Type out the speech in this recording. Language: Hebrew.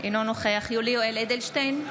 אינו נוכח יולי יואל אדלשטיין,